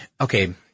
okay